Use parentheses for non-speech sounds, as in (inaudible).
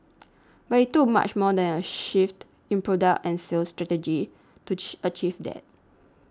but it took much more than a shift in product and sales strategy to (noise) achieve that